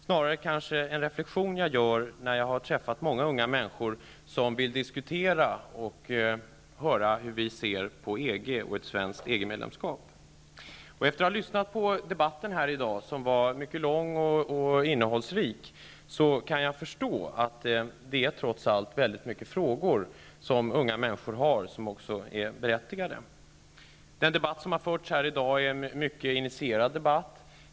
Snarare handlar det om en reflexion som jag gör när jag träffar unga människor som vill diskutera och höra hur vi ser på EG och på ett svenskt EG Efter att ha lyssnat på debatten i dag, som var mycket lång och innehållsrik, kan jag förstå att det trots allt rör sig om många berättigade frågor som unga människor har. Debatten som har förts i dag är en mycket initierad debatt.